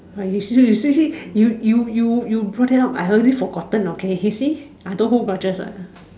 uh you see you you you brought it up I already forgotten okay you see I don't hold grudges ah